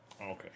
Okay